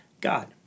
God